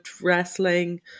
wrestling